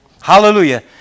Hallelujah